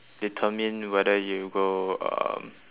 determine whether you go um